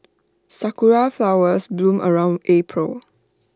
Sakura Flowers bloom around April